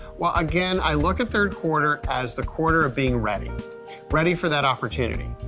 well again i look at third quarter as the quarter of being ready ready for that opportunity.